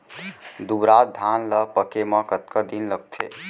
दुबराज धान ला पके मा कतका दिन लगथे?